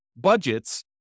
budgets